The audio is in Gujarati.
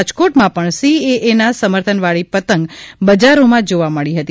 રાજકોટમાં પણ સીએએના સમર્થનવાળી પતંગ બજારોમાંજોવા મળી રહી છે